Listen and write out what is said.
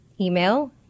email